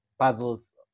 puzzles